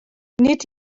nid